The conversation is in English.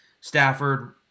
Stafford